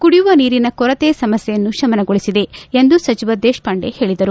ಕುಡಿಯುವ ನೀರಿನ ಕೊರತೆ ಸಮಸ್ನೆಯನ್ನು ಶಮನಗೊಳಿಸಿದೆ ಎಂದು ಸಚಿವ ದೇಶಪಾಂಡೆ ಹೇಳಿದರು